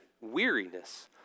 weariness